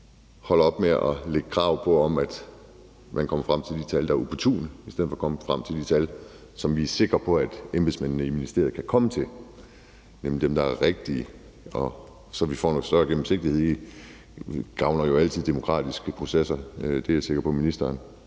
holder op med at stille krav om, at man kommer frem til de tal, der er opportune, i stedet for at komme frem til de tal, som vi er sikre på Embedsmændene i ministeriet kan komme til, nemlig dem, der er rigtige, så vi får noget større gennemsigtighed i det. Det gavner jo altid demokratiske processer, og det er jeg sikker på ministeren